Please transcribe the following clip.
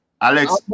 Alex